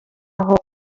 aho